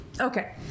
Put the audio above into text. Okay